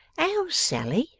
how's sally